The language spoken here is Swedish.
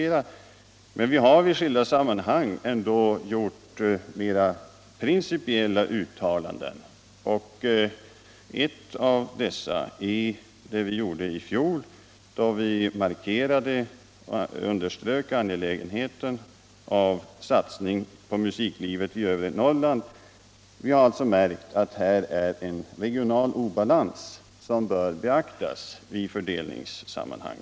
Men vi har i skilda sammanhang ändå gjort mera principiella uttalanden. Ett av dessa gjorde vi i fjol, då vi underströk det angelägna i en satsning på musiklivet i övre Norrland. Vi har alltså märkt att här finns en regional obalans som bör beaktas vid fördelningen.